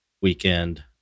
weekend